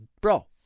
bro